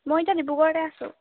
মই এতিয়া ডিব্ৰুগড়তে আছোঁ